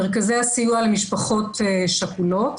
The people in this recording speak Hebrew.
מרכזי הסיוע למשפחות שכולות,